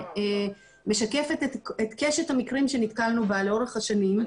שמשקפת את קשת המקרים שנתקלנו בהם לאורך השנים,